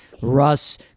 Russ